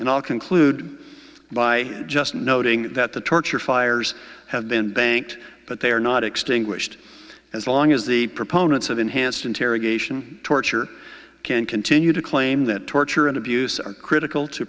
and i'll conclude by just noting that the torture fires have been banked but they are not extinguished as long as the proponents of enhanced interrogation torture can continue to claim that torture and abuse are critical to